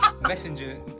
messenger